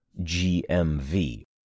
GMV